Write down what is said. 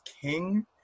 King